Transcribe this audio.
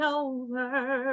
over